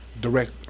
Direct